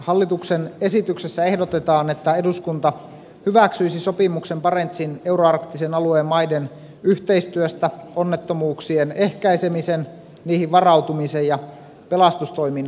hallituksen esityksessä ehdotetaan että eduskunta hyväksyisi sopimuksen barentsin euroarktisen alueen maiden yhteistyöstä onnettomuuksien ehkäisemisen niihin varautumisen ja pelastustoiminnan alalla